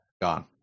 Gone